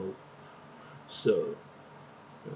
so